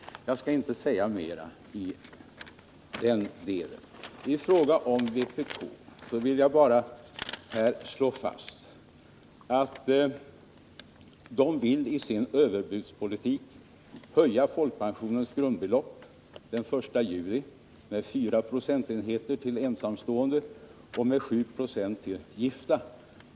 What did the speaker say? När det gäller vpk vill jag här bara slå fast att vpk i sin överbudspolitik vill höja folkpensionens grundbelopp den 1 juli 1980 med 4 procentenheter till ensamstående och med 7 procentenheter till gifta.